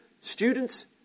students